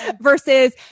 versus